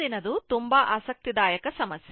ಮುಂದಿನದು ತುಂಬಾ ಆಸಕ್ತಿದಾಯಕ ಸಮಸ್ಯೆ